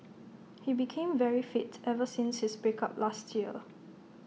he became very fit ever since his break up last year